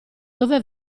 dove